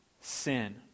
sin